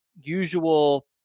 usual